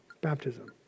baptism